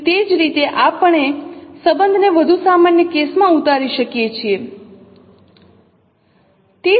તેથી તે જ રીતે આપણે સંબંધને વધુ સામાન્ય કેસમાં ઉતારી શકીએ છીએ